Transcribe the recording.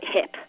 hip